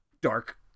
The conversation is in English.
dark